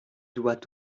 doit